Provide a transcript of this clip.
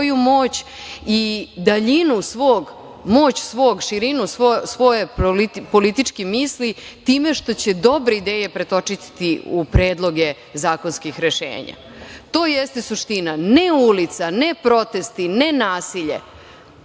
moć i daljinu svog, moć svog, širinu svoje politički misli time što će dobre ideje pretočiti u predloge zakonskih rešenja. To jeste suština, ne ulica, ne protesti, ne nasilje,